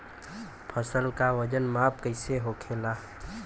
फसल का वजन माप कैसे होखेला?